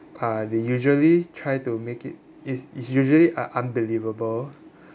uh they usually try to make it is is usually un~ unbelievable